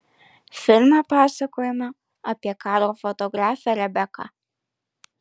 filme pasakojama apie karo fotografę rebeką